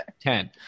ten